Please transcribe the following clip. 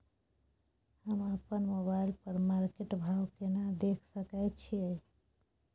हम अपन मोबाइल पर मार्केट भाव केना देख सकै छिये?